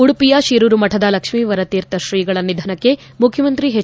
ಉಡುಪಿಯ ಶಿರೂರು ಮಠದ ಲಕ್ಷೀವರ ತೀರ್ಥ ಶ್ರೀಗಳ ನಿಧನಕ್ಷೆ ಮುಖ್ಯಮಂತ್ರಿ ಎಚ್